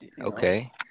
Okay